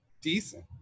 decent